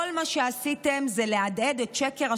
כל מה שעשיתם זה להדהד את שקר-השקרים: